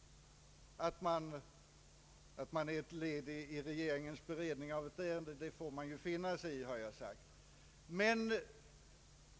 Att man är ett led i regeringens beredning av ett ärende får man ju finna sig i, har jag sagt.